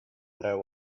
know